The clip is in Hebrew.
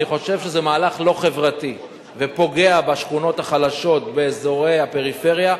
אני חושב שזה מהלך לא חברתי ופוגע בשכונות החלשות באזורי פריפריה,